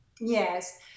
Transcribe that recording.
Yes